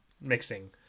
mixing